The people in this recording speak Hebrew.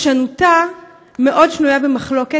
שפרשנותה על ידי המשטרה מאוד שנויה במחלוקת.